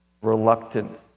Reluctant